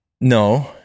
No